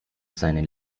seinen